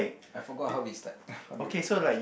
I forgot how he start how do you